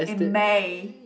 in May